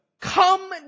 Come